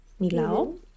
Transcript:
Milao